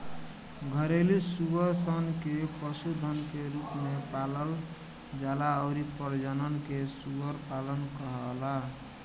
घरेलु सूअर सन के पशुधन के रूप में पालल जाला अउरी प्रजनन के सूअर पालन कहाला